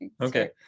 okay